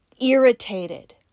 Irritated